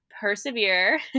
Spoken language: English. persevere